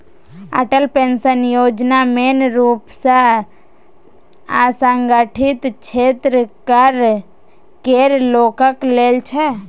Atal pension Yojana मेन रुप सँ असंगठित क्षेत्र केर लोकक लेल छै